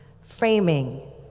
framing